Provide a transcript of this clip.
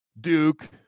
Duke